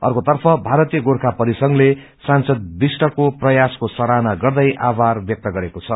अर्को तर्फ भारतीय गोर्खा परिसंघले सासंद विष्टको प्रयासको सराहना गर्दै आभार व्यक्त गरेको छ